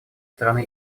стороны